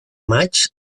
maig